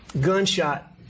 gunshot